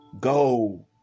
Go